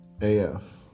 AF